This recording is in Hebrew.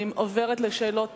אני עוברת לשאלות